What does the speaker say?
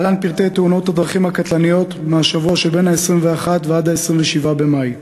להלן פרטי תאונות הדרכים הקטלניות מהשבוע שמ-21 ועד 27 במאי: